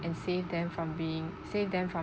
and save them from being save them from